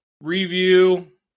review